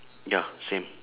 ya same